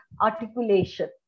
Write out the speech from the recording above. articulation